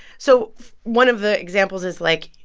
so one of the examples is, like,